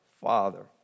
father